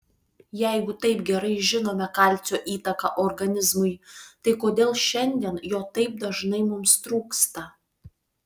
jeigu taip gerai žinome kalcio įtaką organizmui tai kodėl šiandien jo taip dažnai mums trūksta